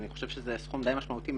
אני חושב שזה סכום די משמעותי,